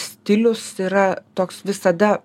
stilius yra toks visada